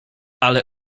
ale